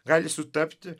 gali sutapti